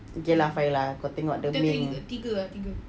okay lah fine lah kau tengok dah wolverine ke